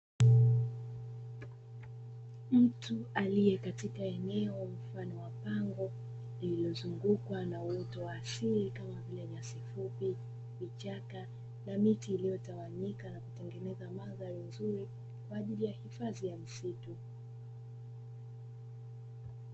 Mtu alie katika eneo mfano wa pango lililozungukwa na uoto wa asili kama vile nyasi fupi, vichaka na miti iliyotawanyika na kutengeneza mandhari nzuri kwa ajili ya hifadhi ya msitu.